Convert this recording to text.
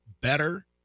better